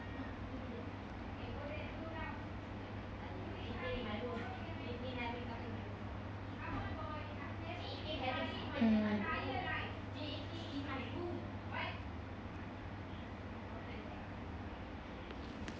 mm